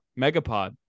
Megapod